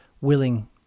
willing